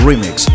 Remix